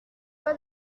pas